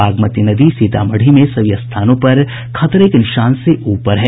बागमती नदी सीतामढ़ी में सभी स्थानों पर खतरे के निशान से ऊपर है